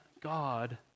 God